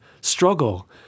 struggle